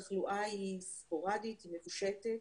התחלואה היא ספורדית, הוא מפושטת.